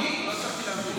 מי בוגר?